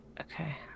Okay